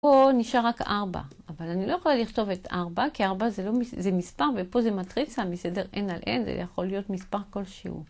פה נשאר רק 4, אבל אני לא יכולה לכתוב את 4 כי 4 זה מספר ופה זה מטריצה מסדר n על n, זה יכול להיות מספר כלשהו.